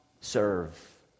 serve